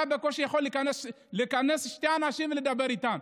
אתה בקושי יכול לכנס שני אנשים ולדבר איתם.